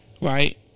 right